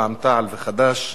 רע"ם-תע"ל וחד"ש.